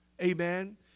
Amen